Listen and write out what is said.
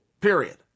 period